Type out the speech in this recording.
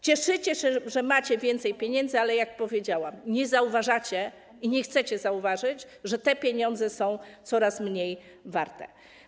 Cieszycie się, że macie więcej pieniędzy, ale jak powiedziałam, nie zauważacie i nie chcecie zauważyć, że te pieniądze są coraz mniej warte.